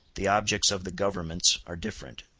the objects of the governments are different,